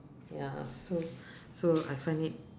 ya so so I find it